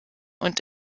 und